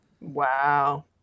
Wow